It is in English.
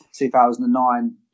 2009